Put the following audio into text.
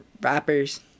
rappers